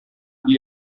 die